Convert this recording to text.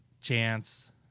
chance